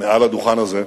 מעל הדוכן הזה,